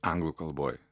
anglų kalboj